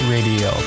Radio